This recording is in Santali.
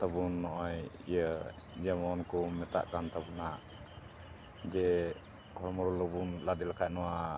ᱛᱟᱵᱚᱱ ᱱᱚᱜᱼᱚᱭ ᱤᱭᱟᱹ ᱡᱮᱢᱚᱱ ᱠᱚ ᱢᱮᱛᱟᱜ ᱠᱟᱱ ᱛᱟᱵᱚᱱᱟ ᱡᱮ ᱦᱚᱲᱢᱚ ᱨᱮ ᱞᱚᱵᱚᱱ ᱞᱟᱫᱮ ᱞᱮᱠᱷᱟᱡ ᱱᱚᱣᱟ